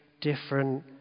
different